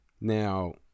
Now